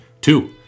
Two